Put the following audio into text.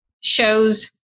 shows